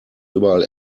überall